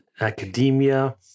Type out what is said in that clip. academia